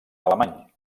alemany